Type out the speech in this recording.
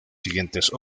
siguientes